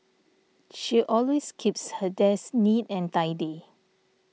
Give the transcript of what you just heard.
she always keeps her desk neat and tidy